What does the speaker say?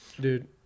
Dude